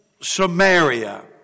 Samaria